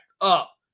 up